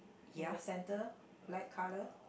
in the center black colour